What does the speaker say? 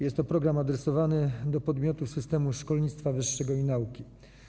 Jest to program adresowany do podmiotów systemu szkolnictwa wyższego i nauki.